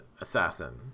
Assassin